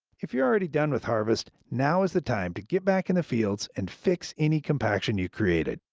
if you're already done with harvest, now's the time to get back in the fields and fix any compaction you created.